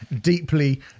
deeply